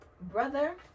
brother